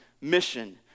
mission